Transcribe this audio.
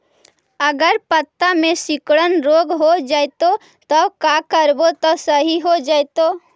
अगर पत्ता में सिकुड़न रोग हो जैतै त का करबै त सहि हो जैतै?